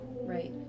Right